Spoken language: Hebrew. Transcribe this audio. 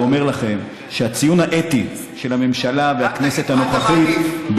ואומר לכם שהציון האתי של הממשלה והכנסת הנוכחית,